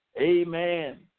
amen